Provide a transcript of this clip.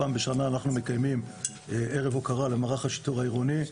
פעם בשנה אנחנו מקיימים ערב הוקרה, עם פרסים,